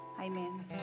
Amen